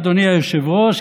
אדוני היושב-ראש,